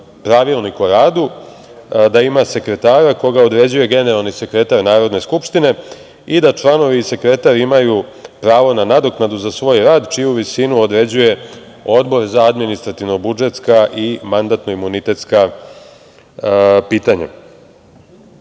pravilnik o radu, da ima sekretara koga određuje generalni sekretar Narodne skupštine i da članovi i sekretar imaju pravo na nadoknadu za svoj rad, a čiju visinu određuje Odbor za administrativno-budžetska i mandatno-imunitetska pitanja. Takođe,